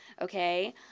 okay